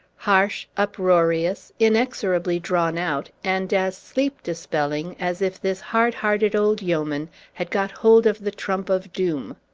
harsh, uproarious, inexorably drawn out, and as sleep-dispelling as if this hard-hearted old yeoman had got hold of the trump of doom.